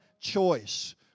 choice